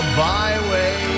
byway